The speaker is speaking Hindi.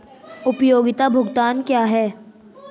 उपयोगिता भुगतान क्या हैं?